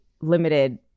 limited